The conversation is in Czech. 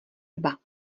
dva